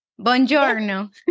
Buongiorno